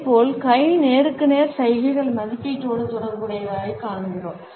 இதேபோல் கை நேருக்கு நேர் சைகைகள் மதிப்பீட்டோடு தொடர்புடையதாகக் காண்கிறோம்